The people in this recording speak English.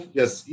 yes